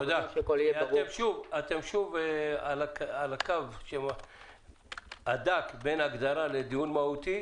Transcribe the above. אתם שוב על הקו הדק בין הגדרה לדיון מהותי.